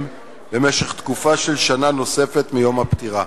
במשך תקופה של שנה נוספת מיום הפטירה.